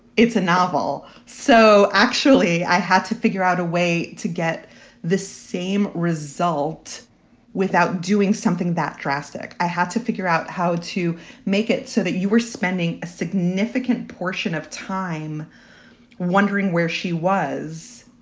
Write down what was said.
it's a novel. so actually, i had to figure out a way to get the same result without doing something that drastic. i had to figure out how to make it so that you were spending a significant portion of time wondering where she was.